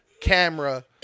camera